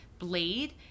blade